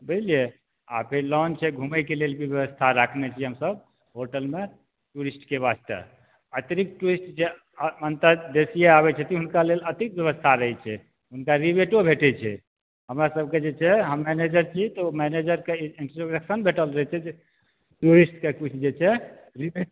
बुझलिए आओर फेर लॉन छै घुमैके लेल भी व्यवस्था राखने छी हमसब होटलमे टूरिस्टके वास्ते अतिरिक्त टूरिस्ट जे अन अन्तर्देशीय आबै छथिन हुनका लेल अतिरिक्त व्यवस्था रहै छै हुनका रिबेटो भेटै छै हमरा सबके जे छै हम मैनेजर छी मैनेजरकेँ ई इन्स्ट्रक्शन भेटल रहै छै जे टूरिस्टके किछु जे छै रिबेट